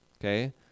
okay